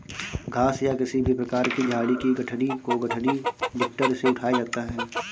घास या किसी भी प्रकार की झाड़ी की गठरी को गठरी लिफ्टर से उठाया जाता है